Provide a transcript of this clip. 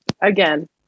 Again